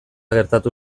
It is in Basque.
gertatu